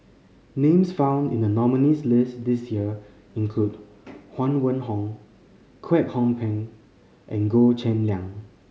names found in the nominees' list this year include Huang Wenhong Kwek Hong Png and Goh Cheng Liang